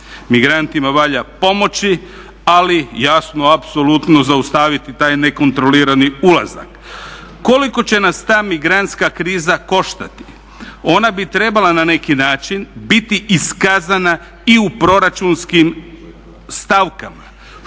migrantima valja pomoći ali jasno apsolutno zaustaviti taj nekontrolirani ulazak. Koliko će nas ta migrantska kriza koštati? Ona bi trebala na neki način biti iskazana i u proračunskim stavkama.